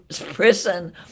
prison